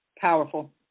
Powerful